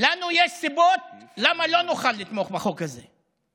לנו יש סיבות למה לא נוכל לתמוך בחוק הזה.